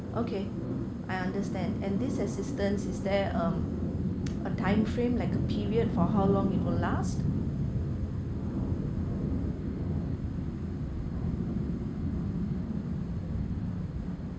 okay I understand and this assistance is there um a timeframe like a period for how long it would last